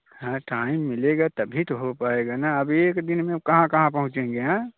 हाँ टाइम मिलेगा तभी तो हो पाएगा ना अब एक दिन में हम कहाँ कहाँ पहुँचेंगे हाँ